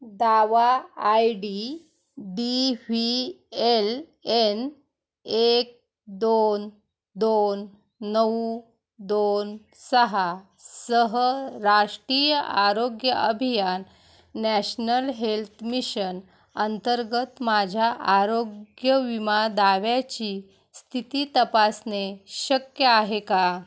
दावा I D D V L N एक दोन दोन नऊ दोन सहासह राष्ट्रीय आरोग्य अभियान नॅशनल हेल्थ मिशन अंतर्गत माझ्या आरोग्य विमा दाव्याची स्थिती तपासणे शक्य आहे का